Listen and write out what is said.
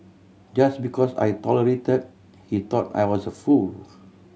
just because I tolerated he thought I was a fool